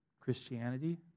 Christianity